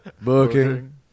booking